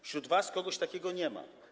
Wśród was kogoś takiego nie ma.